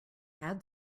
add